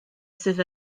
sydd